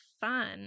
fun